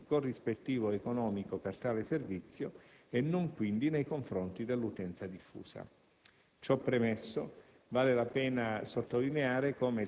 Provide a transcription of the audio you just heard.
a fronte del riconoscimento di un corrispettivo economico per tale servizio, e non nei confronti dell'utenza diffusa. Ciò premesso,